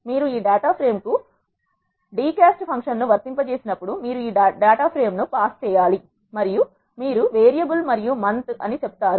మీరు ఈ data frame కు డి కాస్ట్ ఫంక్షన్ ను వర్తింపజేసి నప్పుడు మీరు ఈ డేటా ఫ్రేమ్ ను పాస్ చేయాలి మరియు మీరు వేరియబుల్ మరియు మంత్ అని చెప్తారు